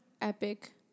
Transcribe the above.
epic